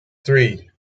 three